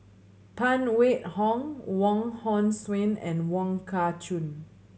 Phan Wait Hong Wong Hong Suen and Wong Kah Chun